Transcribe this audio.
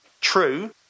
true